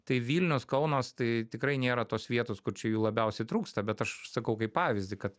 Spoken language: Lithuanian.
tai vilnius kaunas tai tikrai nėra tos vietos kur čia jų labiausiai trūksta bet aš sakau kaip pavyzdį kad